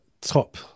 top